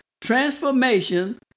Transformation